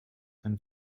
and